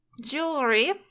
Jewelry